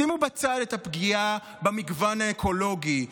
שימו בצד את הפגיעה במגוון האקולוגי,